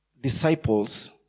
disciples